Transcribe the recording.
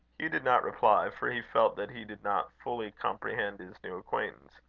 hugh did not reply, for he felt that he did not fully comprehend his new acquaintance.